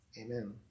Amen